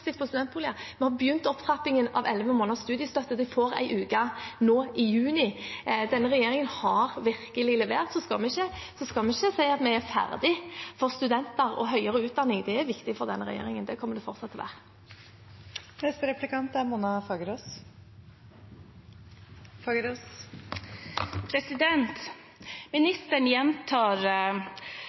på studentboliger. Vi har begynt opptrappingen til elleve måneders studiestøtte. De får én uke nå i juni. Denne regjeringen har virkelig levert. Men vi skal ikke si at vi er ferdige, for studenter og høyere utdanning er viktig for denne regjeringen, og det kommer det til fortsatt å være.